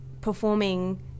performing